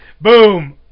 Boom